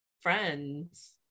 friends